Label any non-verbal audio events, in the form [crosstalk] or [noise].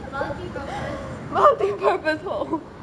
[laughs] multi-purpose hole